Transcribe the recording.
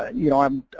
you know, um